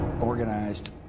organized